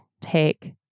take